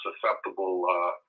susceptible